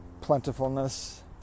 plentifulness